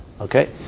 Okay